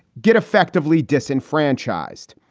get effectively disenfranchised.